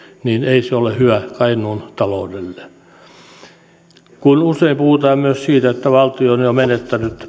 niin ei se ole hyvä kainuun taloudelle kun usein puhutaan myös siitä että valtio on jo menettänyt